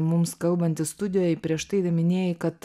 mums kalbantis studijoj prieš tai minėjai kad